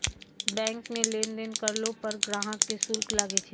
bank मे लेन देन करलो पर ग्राहक के शुल्क लागै छै